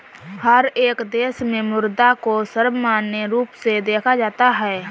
हर एक देश में मुद्रा को सर्वमान्य रूप से देखा जाता है